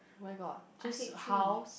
where got just house